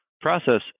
process